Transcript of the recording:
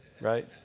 right